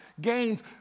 gains